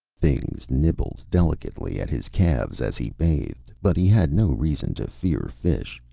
things nibbled delicately at his calves as he bathed, but he had no reason to fear fish,